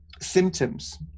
symptoms